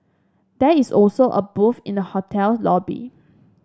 there is also a booth in the hotel lobby